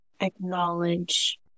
acknowledge